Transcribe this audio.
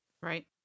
Right